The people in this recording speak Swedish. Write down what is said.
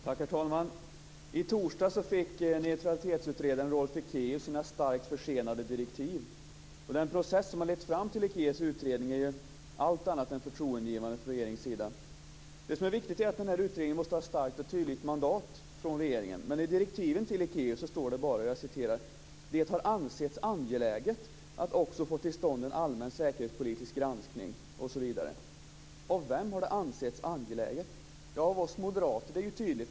Herr talman! I torsdags fick neutralitetsutredaren Rolf Ekéus sina starkt försenade direktiv. Den process som har lett fram till Ekéus utredning är allt annat än förtroendeingivande från regeringens sida. Det är viktigt att den här utredningen har ett starkt och tydligt mandat från regeringen, men i direktiven till Ekéus står det bara att det har ansetts angeläget att också få till stånd en allmän säkerhetspolitisk granskning osv. Av vem har det ansetts angeläget? Jo, av oss moderater, det är ju tydligt.